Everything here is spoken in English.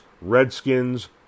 Redskins